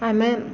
ଆମେ